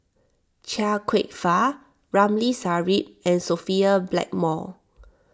Chia Kwek Fah Ramli Sarip and Sophia Blackmore